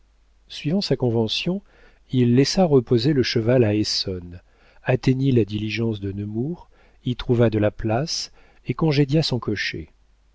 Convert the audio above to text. suivant sa convention il laissa reposer le cheval à essonne atteignit la diligence de nemours y trouva de la place et congédia son cocher